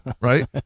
right